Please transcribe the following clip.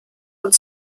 und